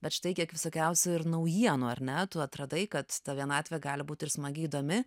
bet štai kiek visokiausių ir naujienų ar ne tu atradai kad ta vienatvė gali būti ir smagi įdomi